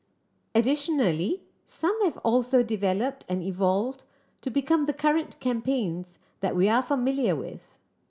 additionally some have also developed and evolved to become the current campaigns that we are familiar with